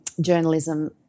journalism